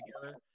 together